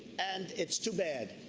and it's too bad.